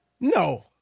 No